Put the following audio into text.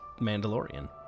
Mandalorian